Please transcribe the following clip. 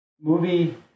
movie